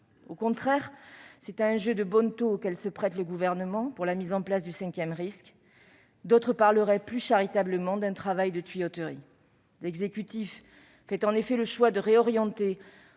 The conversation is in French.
Au contraire, c'est un jeu de bonneteau auquel se prête le Gouvernement dans le cadre de la mise en place du cinquième risque ou, plus charitablement, un travail de tuyauterie. L'exécutif fait en effet le choix de réorienter,